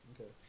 Okay